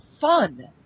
fun